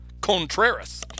Contreras